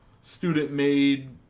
student-made